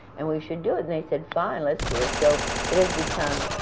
and we should do it. and they said, fine, let's do it. so it has become